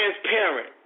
transparent